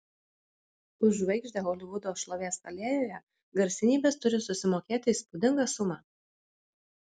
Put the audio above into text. už žvaigždę holivudo šlovės alėjoje garsenybės turi susimokėti įspūdingą sumą